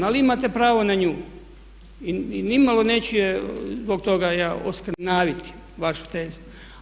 Ali imate pravo na nju i nimalo neću je zbog toga ja oskrnaviti, vašu tezu.